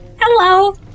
Hello